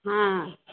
हँ